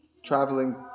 traveling